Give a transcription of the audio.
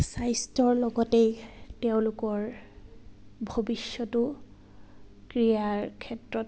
স্বাস্থ্যৰ লগতেই তেওঁলোকৰ ভৱিষ্যতো ক্ৰীড়াৰ ক্ষেত্ৰত